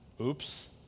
Oops